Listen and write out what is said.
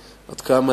אנחנו גם נבדוק אותם,